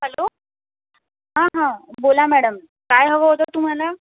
hello हां हां बोला मॅडम काय हवं होतं तुम्हाला